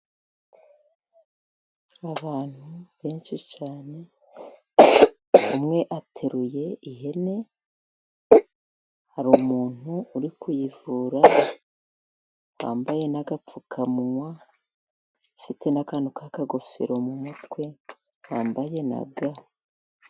Abantu benshi cyane umwe ateruye ihene, hari umuntu uri kuyivura wambaye n'agapfukamunwa, afite n'akantu k'akagofero mu mutwe wambaye na ga.